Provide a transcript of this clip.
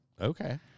Okay